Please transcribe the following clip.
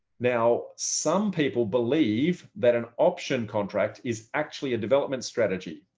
now, some people believe that an option contract is actually a development strategy.